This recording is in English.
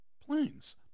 planes